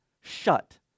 shut